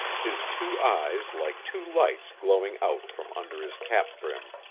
his two eyes like two lights glowing out from under his cap brim.